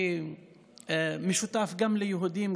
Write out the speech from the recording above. ומשותף גם ליהודים,